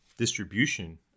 distribution